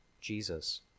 Jesus